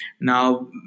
Now